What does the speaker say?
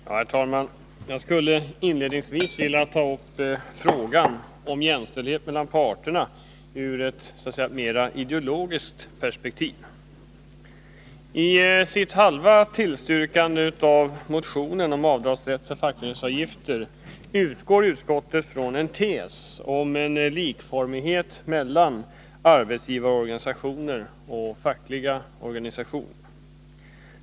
Herr talman! Jag skulle inledningsvis vilja ta upp frågan om jämställdhet mellan parterna i ett ideologiskt perspektiv. gifter utgår utskottet från en tes om en likformighet mellan arbetsgivarorganisationer och fackliga organisationer.